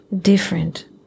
different